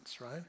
right